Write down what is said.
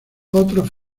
otros